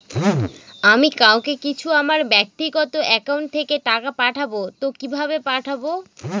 আমি কাউকে কিছু আমার ব্যাক্তিগত একাউন্ট থেকে টাকা পাঠাবো তো কিভাবে পাঠাবো?